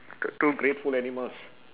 t~ two grateful animals